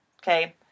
okay